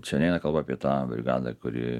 čia neina kalba apie tą brigadą kuri